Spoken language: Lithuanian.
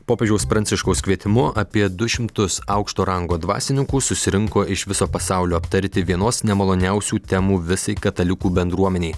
popiežiaus pranciškaus kvietimu apie du šimtus aukšto rango dvasininkų susirinko iš viso pasaulio aptarti vienos nemaloniausių temų visai katalikų bendruomenei